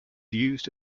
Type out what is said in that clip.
used